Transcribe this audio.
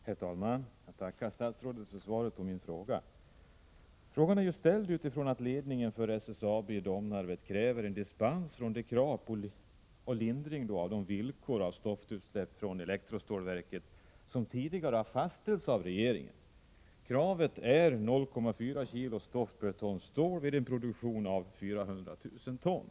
Herr talman! Jag tackar statsrådet för svaret på min fråga. Frågan är ställd mot bakgrund av att ledningen för SSAB Domnarvet kräver en dispens från de villkor för stoftutsläpp från elektrostålverket som tidigare har fastställts av regeringen. Kravet är högst 0,4 kg stoft per ton stål vid en produktion av 400 000 ton.